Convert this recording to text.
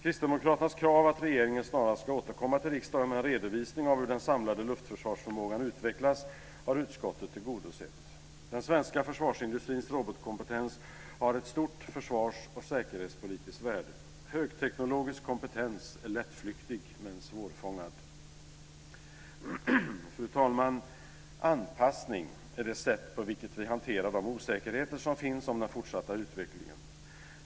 Kristdemokraternas krav att regeringen snarast ska återkomma till riksdagen med en redovisning av hur den samlade luftförsvarsförmågan utvecklas har utskottet tillgodosett. Den svenska försvarsindustrins robotkompetens har ett stort försvars och säkerhetspolitiskt värde. Högteknologisk kompetens är lättflyktig men svårfångad. Fru talman! Anpassning är det sätt på vilket vi hanterar de osäkerheter som finns om den fortsatta utvecklingen.